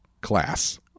class